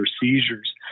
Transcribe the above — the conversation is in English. seizures